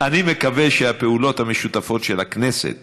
אני מקווה שהפעולות המשותפות של הכנסת,